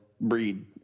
breed